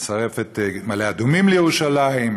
לצרף את מעלה אדומים לירושלים,